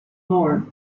more